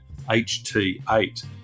HT8